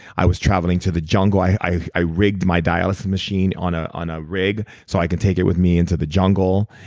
i was traveling to the jungle. i i rigged my dialysis machine on ah on a rig so i can take it with me into the jungle.